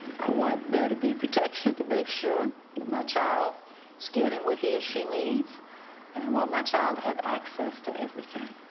i want there to be protection to make sure that my child is getting what he or she needs and i want my child have access to everything.